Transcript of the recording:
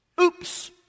oops